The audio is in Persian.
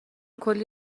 کلی